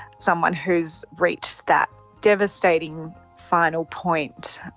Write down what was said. someone who has reached that devastating final point.